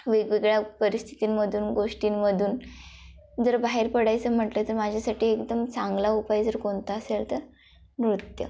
वेगवेगळ्या परिस्थितींमधून गोष्टींमधून जर बाहेर पडायचं म्हटलं तर माझ्यासाठी एकदम चांगला उपाय जर कोणता असेल तर नृत्य